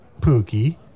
Pookie